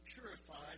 purified